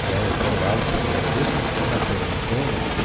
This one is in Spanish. y ha de ser gaucho el ñandú que se escape de mis bolas